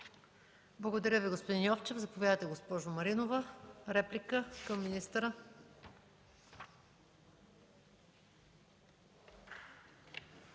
Благодаря Ви, господин Йовчев. Заповядайте, госпожо Маринова, за реплика към министъра.